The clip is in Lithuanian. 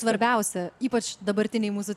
svarbiausia ypač dabartinėj mūsų